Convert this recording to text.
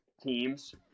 teams